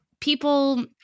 people